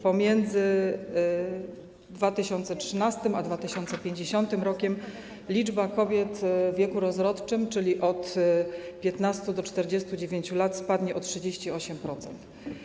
Pomiędzy 2013 r. a 2050 r. liczba kobiet w wieku rozrodczym, czyli od lat 15 do 49 lat, spadnie o 38%.